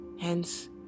hence